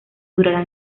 durará